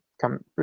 come